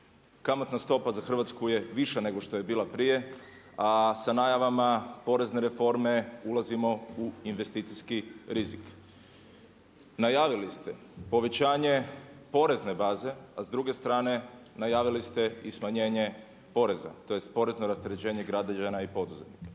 kamatna stopa za Hrvatsku je više nego što je bila prije a sa najavama porezne reforme ulazimo u investicijski rizik. Najavili ste povećanje porezne baze, a s druge strane najavili ste i smanjenje poreza tj. porezno rasterećenje građana i poduzetnika.